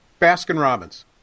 Baskin-Robbins